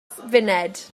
funud